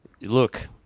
look